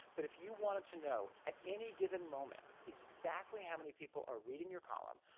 but if you want to know at any given moment exactly how many people are reading your column,